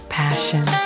passion